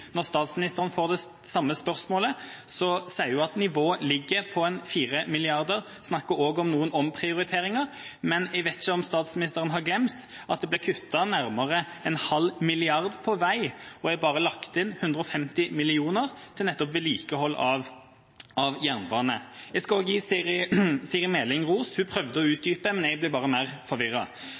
Når statsministeren får det samme spørsmålet, sier hun at nivået ligger på ca. 4 mrd. kr. Hun snakker også om noen omprioriteringer. Jeg vet ikke om statsministeren har glemt at det ble kuttet nærmere en halv milliard når det gjelder vei, og at det bare er lagt inn 150 mill. kr til vedlikehold av jernbane. Jeg skal også gi Siri A. Meling ros. Hun prøvde å utdype, men jeg blir bare mer